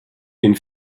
den